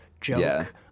joke